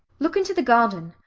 look into the garden.